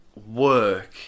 work